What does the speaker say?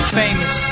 famous